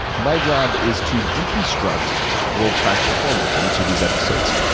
my job is to deconstruct world class performers in each of these episodes.